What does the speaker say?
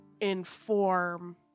inform